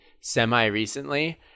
semi-recently